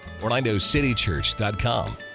orlandocitychurch.com